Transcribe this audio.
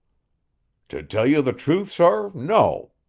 to tell you the truth, sor, no,